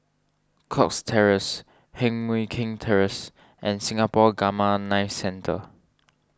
Cox Terrace Heng Mui Keng Terrace and Singapore Gamma Knife Centre